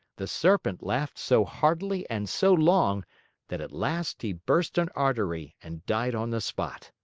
the serpent laughed so heartily and so long that at last he burst an artery and died on the spot.